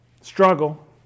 Struggle